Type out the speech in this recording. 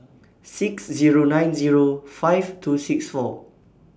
six Zero nine Zero five two six four